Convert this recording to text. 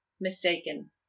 mistaken